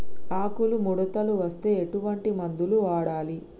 ఆకులు ముడతలు వస్తే ఎటువంటి మందులు వాడాలి?